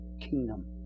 kingdom